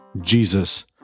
Jesus